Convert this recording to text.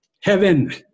heaven